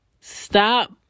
stop